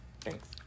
Thanks